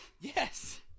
Yes